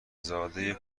زاده